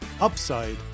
upside